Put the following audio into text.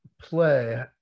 play